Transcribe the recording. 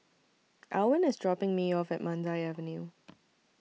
Alwin IS dropping Me off At Mandai Avenue